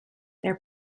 their